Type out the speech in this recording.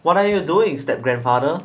what are you doing step-grandfather